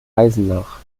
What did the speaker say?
eisenach